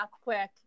quick